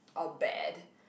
or bad